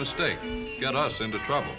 mistake got us into trouble